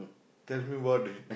tell me what is